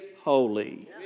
holy